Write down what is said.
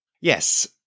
Yes